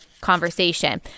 conversation